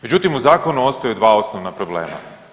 Međutim u zakonu ostaju dva osnovna problema.